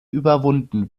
überwunden